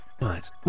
Right